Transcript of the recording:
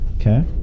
Okay